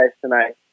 tonight